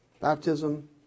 baptism